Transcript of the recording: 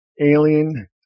alien